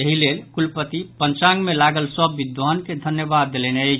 एहि लेल कुलपति पंचांग मे लागल सभ विद्वान के धन्यवाद देलनि अछि